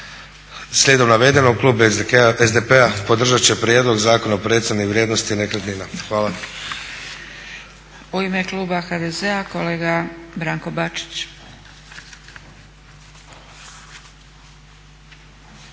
Slijedom navedenog klub SDP-a podržati će Prijedlog zakona o procjeni vrijednosti nekretnina. Hvala.